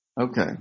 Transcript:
Okay